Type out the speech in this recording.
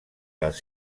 les